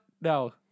No